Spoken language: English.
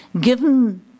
Given